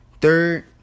Third